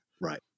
Right